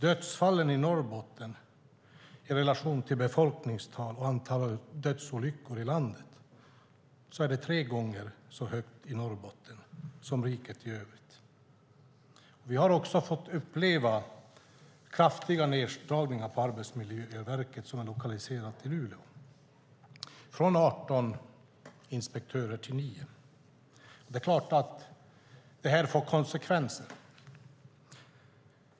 Dödsfallen i Norrbotten i relation till befolkningstalet och antalet dödsolyckor i riket i övrigt är tre gånger så högt. Vi har också fått uppleva kraftiga neddragningar på Arbetsmiljöverket i Luleå från 18 inspektörer till 9. Det är klart att detta får konsekvenser.